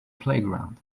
playground